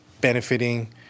benefiting